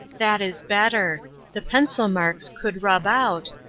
that is better the pencil-marks could rub out,